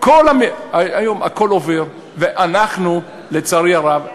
היום הכול עובר, ואנחנו, לצערי הרב,